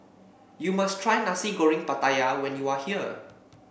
you must try Nasi Goreng Pattaya when you are here